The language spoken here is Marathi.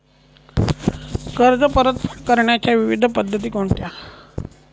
कर्ज परतफेड करण्याच्या विविध पद्धती कोणत्या?